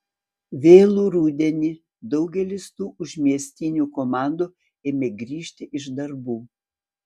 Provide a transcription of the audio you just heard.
vėlų rudenį daugelis tų užmiestinių komandų ėmė grįžti iš darbų